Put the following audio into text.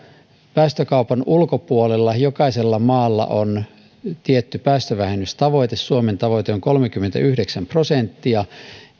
päästökaupan ulkopuolella jokaisella maalla on tietty päästövähennystavoite suomen tavoite on kolmekymmentäyhdeksän prosenttia